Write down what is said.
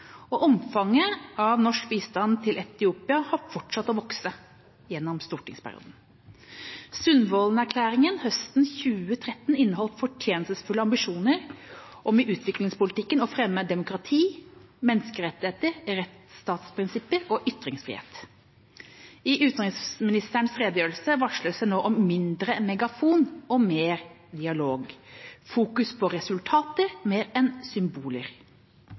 og omfanget av norsk bistand til Etiopia har fortsatt å vokse gjennom stortingsperioden. Sundvolden-erklæringen fra høsten 2013 inneholdt fortjenestefulle ambisjoner om å fremme demokrati, menneskerettigheter, rettsstatsprinsipper og ytringsfrihet i utviklingspolitikken. I utenriksministerens redegjørelse varsles det nå om mindre megafon og mer dialog. Det skal være mer fokus på resultater enn på symboler.